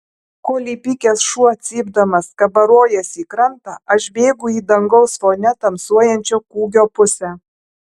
kol įpykęs šuo cypdamas kabarojasi į krantą aš bėgu į dangaus fone tamsuojančio kūgio pusę